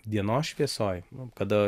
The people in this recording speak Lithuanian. dienos šviesoj nu kada